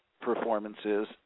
performances